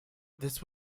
this